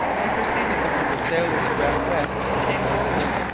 and perceiving the group of sailors around west, he came forward.